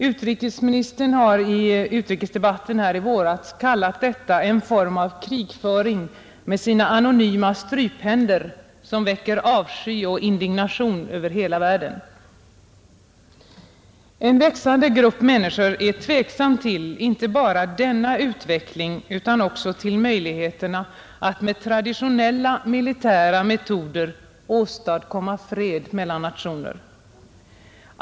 Utrikesministern kallade i utrikesdebatten i våras detta för ”en form av krigföring med sina anonyma stryphänder som väcker avsky och indignation över hela världen”. En växande grupp människor är tveksam inte bara till denna utveckling utan också till möjligheterna att med traditionella militära metoder åstadkomma fred mellan nationer.